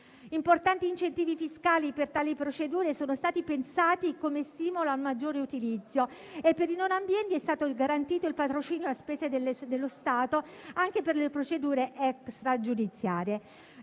Importanti incentivi fiscali per tali procedure sono stati pensati come stimolo al maggiore utilizzo e per i non abbienti è stato il garantito il patrocinio a spese dello Stato anche per le procedure extragiudiziarie.